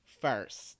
first